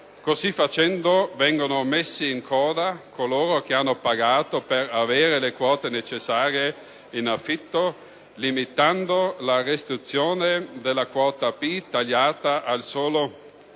Così facendo, vengono messi in coda coloro che hanno pagato per avere le quote necessarie in affitto, limitando la restituzione della quota B tagliata al solo